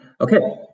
Okay